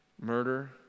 murder